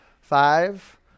five